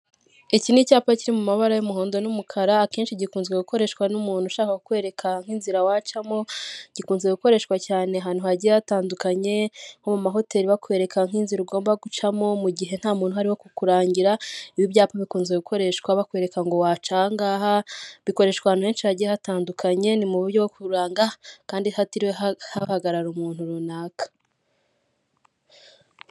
Ni abantu bakoraniye ahabera imikino, biganjemo urubyiruko rugizwe n'inkumi n'abasore, bicaye kudusima dusize amarangi atukura na ho hari ibikuta by'umuhondo biri inyuma yabo.